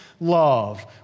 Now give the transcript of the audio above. love